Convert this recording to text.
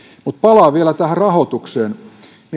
mutta palaan vielä tähän rahoitukseen